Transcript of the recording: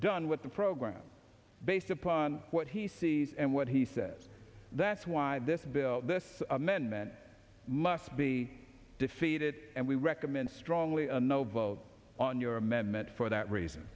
done with the program based upon what he sees and what he says that's why this bill this amendment must be defeated and we recommend strongly a no vote on your amendment for that reason